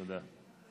תודה.